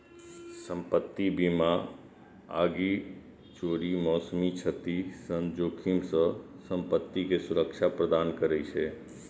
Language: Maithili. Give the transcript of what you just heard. संपत्ति बीमा आगि, चोरी, मौसमी क्षति सन जोखिम सं संपत्ति कें सुरक्षा प्रदान करै छै